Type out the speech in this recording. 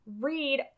read